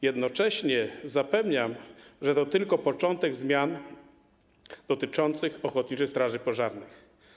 Jednocześnie zapewniam, że to tylko początek zmian dotyczących ochotniczej straży pożarnych.